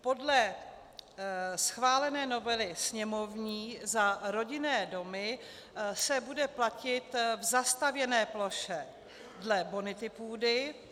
Podle schválené novely sněmovní za rodinné domy se bude platit v zastavěné ploše dle bonity půdy.